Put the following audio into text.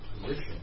position